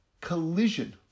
collision